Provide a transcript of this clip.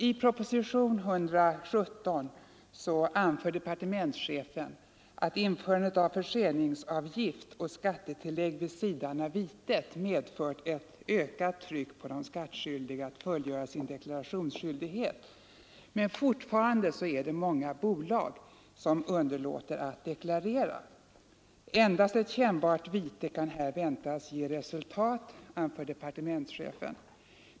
I propositionen 117 säger departementschefen att införandet av förseningsavgift och skattetillägg vid sidan av vitet medfört ett ökat tryck på de skattskyldiga att fullgöra sin deklarationsskyldighet, men fortfarande är det många bolag som underlåter att deklarera. Endast ett kännbart vite kan här väntas ge resultat, anför departementschefen.